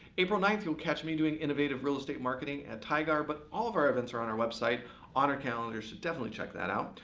april ninth, you'll catch me doing innovative real estate marketing at tigar. but all of our events are on our web site on our calendar, s definitely check that out.